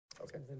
Okay